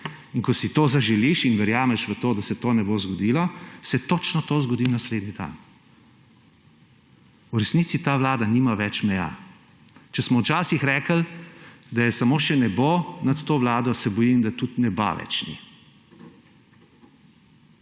in ko si želiš in verjameš, da se to ne bo zgodilo, se točno to zgodi naslednji dan. V resnici ta vlada nima več meja. Če smo včasih rekli, da je samo še nebo nad to vlado, se bojim, da tudi neba več ni.